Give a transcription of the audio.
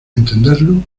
entenderlo